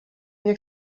nie